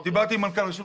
לא.